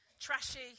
trashy